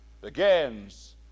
begins